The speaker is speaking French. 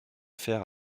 faire